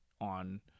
on